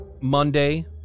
Monday